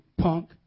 Punk